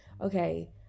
okay